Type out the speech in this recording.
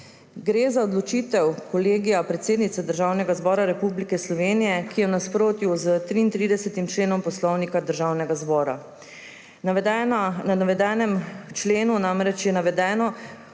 Gre za odločitev Kolegija predsednice Državnega zbora Republike Slovenije, ki je v nasprotju s 33. členom Poslovnika Državnega zbora. V navedenem členu je namreč navedeno,